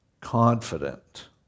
confident